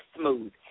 Smooth